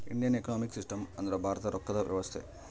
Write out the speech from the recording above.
Indian economic system ಅಂದ್ರ ಭಾರತದ ರೊಕ್ಕದ ವ್ಯವಸ್ತೆ